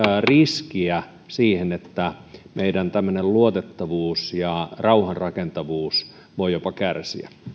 riskiä siihen että meidän luotettavuutemme ja rauhanrakentavuutemme voivat jopa kärsiä